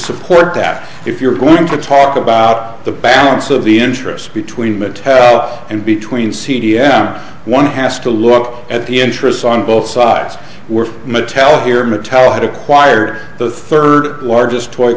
support that if you're going to talk about the balance of the interest between mattel and between c d s one has to look at the interest on both sides were metallic here mattel had acquired the third largest toy